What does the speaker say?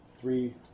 three